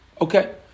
Okay